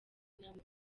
midugudu